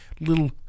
little